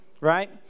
right